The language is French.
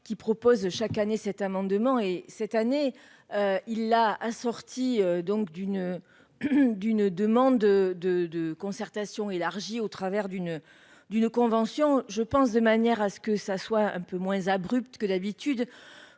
qui propose chaque année, cet amendement et cette année il a assorti donc d'une d'une demande de de de concertation élargie au travers d'une d'une convention, je pense, de manière à ce que ça soit un peu moins abrupt que d'habitude,